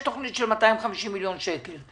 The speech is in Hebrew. יש תוכנית של 250 מיליון שקל.